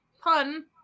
Pun